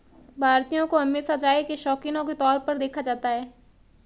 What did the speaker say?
भारतीयों को हमेशा चाय के शौकिनों के तौर पर देखा जाता है